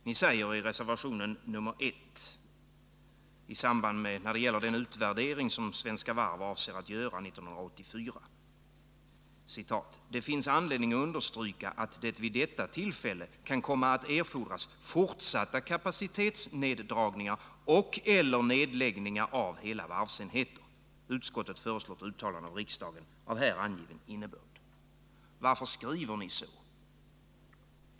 Ni säger i reservation 1 när det gäller den utvärdering som Svenska Varv avser att göra 1984: ”Det finns anledning understryka att det vid detta tillfälle kan komma att erfordras fortsatta kapacitetsneddragningar och/eller nedläggningar av hela varvsenheter. Utskottet föreslår ett uttalande av riksdagen av här angiven innebörd.” Varför skriver ni så?